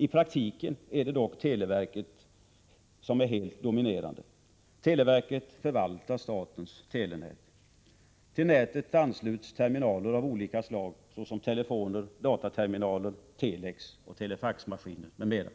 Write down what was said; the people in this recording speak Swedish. I praktiken är dock televerket helt dominerande. Televerket förvaltar statens telenät. Till nätet ansluts terminaler av olika slag, såsom telefoner, dataterminaler, telexoch telefaxmaskiner, m.m.